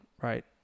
right